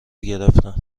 گرفتن